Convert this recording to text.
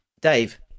Dave